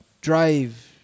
drive